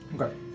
Okay